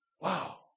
Wow